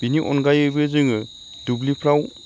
बिनि अनगायैबो जोङो दुब्लिफ्राव